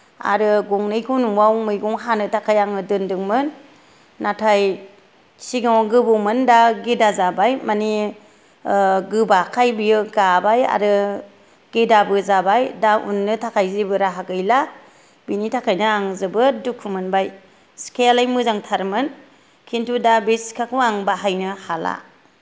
आरो गंनैखौ नआव मैगं हानो थाखाय आङो दोनदोंमोन नाथाय सिगाङाव गोबौमोन दा गेदा जाबाय माने गोबाखाय बेयो गाबाय आरो गेदाबो जाबाय दा उन्नो थाखाय जेबो राहा गैला बेनि थाखायनो आं जोबोद दुखु मोनबाय सेखायालाय मोजांथारमोन किन्तु दा बे सिखाखौ आं बाहायनो हाला